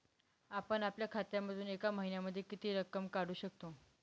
आपण आपल्या खात्यामधून एका महिन्यामधे किती रक्कम काढू शकतो?